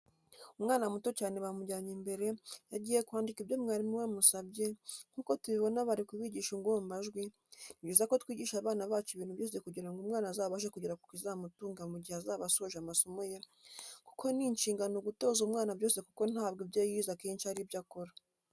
Umwana muto cyane bamujyanye imbere, yagiye kwandika ibyo mwarimu we amusabye, nk'uko tubibona bari kubigisha ingombajwi, ni byiza ko twigisha abana bacu ibintu byose kugira ngo umwana azabashe kugera ku kizamutunga mu gihe azaba asoje amasomo ye kuko ni inshingano gutoza umwana byose kuko ntabwo ibyo yize akenshi ari byo akora.